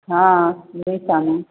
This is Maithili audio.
हँ गैँचा माछ